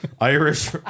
Irish